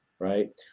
Right